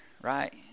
right